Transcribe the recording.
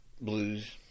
blues